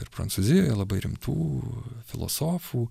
ir prancūzijoje labai rimtų filosofų